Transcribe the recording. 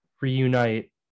reunite